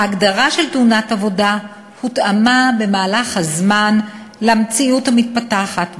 ההגדרה של תאונת עבודה הותאמה במהלך הזמן למציאות המתפתחת,